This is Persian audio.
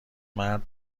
مرد